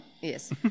Yes